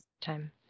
time